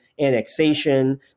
annexation